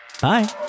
Bye